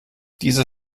dieser